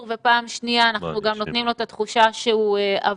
ופעם שנייה גם נותנים לו את התחושה שהוא עבריין,